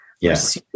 Yes